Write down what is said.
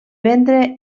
vendre